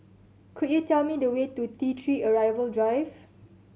could you tell me the way to T Three Arrival Drive